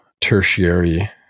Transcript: tertiary